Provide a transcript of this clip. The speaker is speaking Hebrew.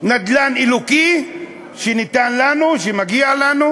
נדל"ן אלוקי שניתן לנו, שמגיע לנו,